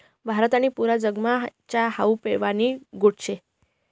भारत आणि पुरा जगमा च्या हावू पेवानी गोट शे